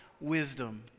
wisdom